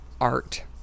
art